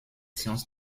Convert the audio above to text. sciences